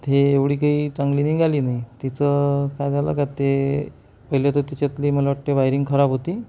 ते एवढी काही चांगली निघाली नाही तिचं काय झालं काय का ते पहिले तर तिच्यातले मला वाटतं वायरिंग खराब होती